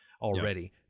already